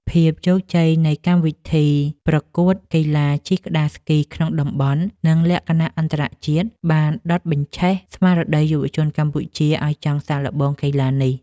ភាពជោគជ័យនៃកម្មវិធីប្រកួតកីឡាជិះក្ដារស្គីក្នុងតំបន់ និងលក្ខណៈអន្តរជាតិ បានដុតបញ្ឆេះស្មារតីយុវជនកម្ពុជាឱ្យចង់សាកល្បងកីឡានេះ។